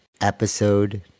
episode